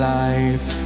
life